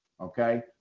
okay